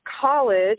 college